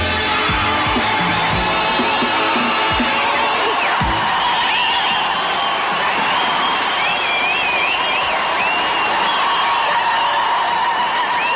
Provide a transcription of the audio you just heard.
on